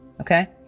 Okay